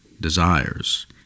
desires